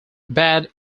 bad